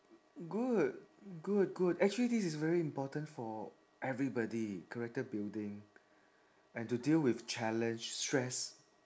good good good actually this is very important for everybody character building and to deal with challenge stress